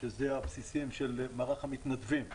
שאלה הבסיסים של מערך המתנדבים.